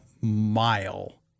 mile